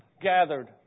gathered